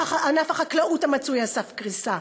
ענף החקלאות המצוי על סף קריסה.